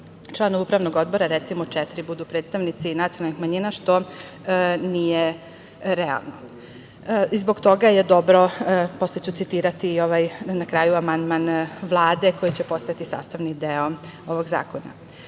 članova upravnog odbora, recimo, četiri budu predstavnici nacionalnih manjina, što nije realno i zbog toga je dobar, posle ću citirati, i ovaj na kraju amandman Vlade koji će postati sastavni deo ovog zakona. Učešće